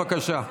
בבקשה.